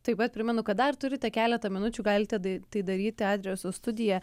taip pat primenu kad dar turite keletą minučių galite dai tai daryti adresu studija